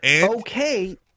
okay